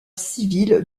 civil